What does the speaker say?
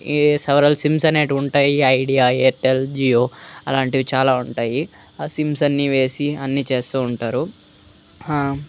several sims అనేటివి ఉంటాయి Idea Airtel Jio అలాంటివి చాలా ఉంటాయి ఆ సిమ్స్ అన్నీ వేసి అన్నీ చేస్తూ ఉంటారు